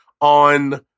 on